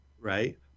right